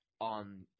on